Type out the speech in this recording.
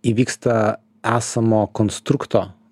įvyksta esamo konstrukto